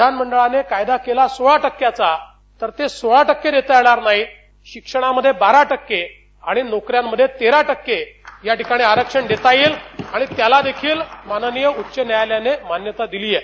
विधानमंडळामं कायदा केला सोळा टक्क्याचा तर ते सोळा टक्के देता येणार नाहीत शिक्षणामध्ये बारा टक्के आणि नोकऱ्यांमध्ये तेरा टक्के याठिकाणी आरक्षण देता येईल आणि त्याला देखिल माननिय उच्च न्यायालयानं मान्यता दिलीये